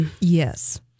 yes